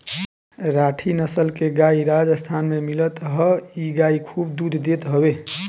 राठी नसल के गाई राजस्थान में मिलत हअ इ गाई खूब दूध देत हवे